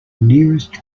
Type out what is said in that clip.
nearest